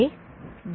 A D